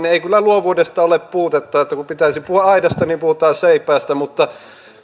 niin ei kyllä luovuudesta ole puutetta kun pitäisi puhua aidasta niin puhutaan seipäistä mutta